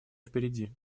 впереди